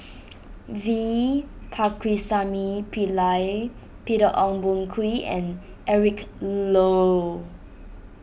V Pakirisamy Pillai Peter Ong Boon Kwee and Eric Low